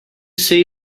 say